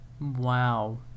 Wow